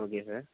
okay sir